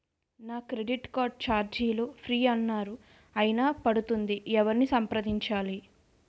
నా credit card ఛార్జీలు free అన్నారు అయినా పడుతుంది ఎవరిని సంప్రదించాలి?